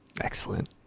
Excellent